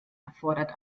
erfordert